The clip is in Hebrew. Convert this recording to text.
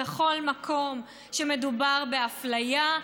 בכל מקום שמדובר באפליה,